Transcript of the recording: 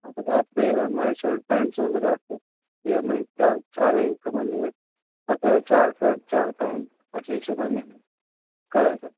आता काय आपले माझे शर्ट पँट्स वगैरे असतात ते मी चार चार म्हणजे पक चार शर्ट चार पँट अशा हिशेबाने करायचं